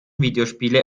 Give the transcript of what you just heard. videospiele